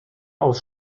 aus